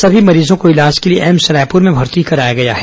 सभी मरीजों को इलाज के लिए एम्स रायपुर में भर्ती कराया गया है